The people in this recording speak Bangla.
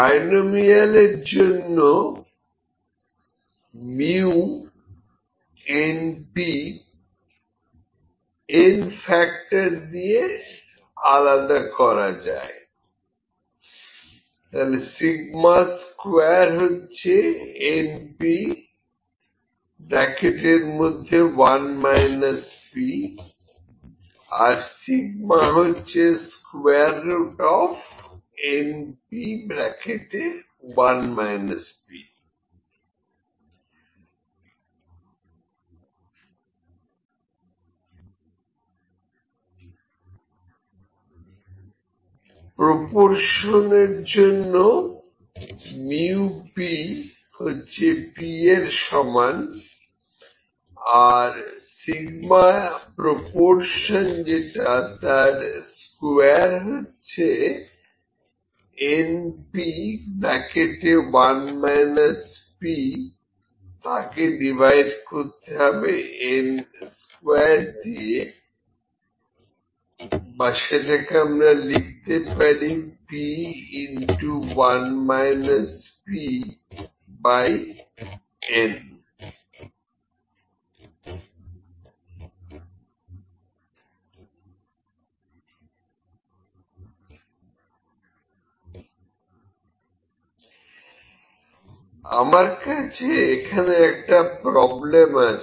বাইনোমিয়াল এর জন্য µ ¿ np ← n ফ্যাক্টর দিয়ে আলাদা করা যায় σ2¿ np1 -p σ√np 1− p √p1−p প্রপরশনের এর জন্য μpp σ proportions 2 npn2 pn σ ¿ √pn আমার কাছে এখানে একটা প্রবলেম আছে